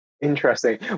Interesting